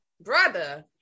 Brother